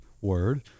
word